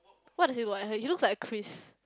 what does he look like uh he looks like a Chris